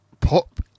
pop